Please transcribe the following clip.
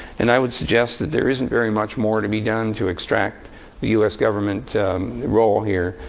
and i would suggest that there isn't very much more to be done to extract the us government the role here.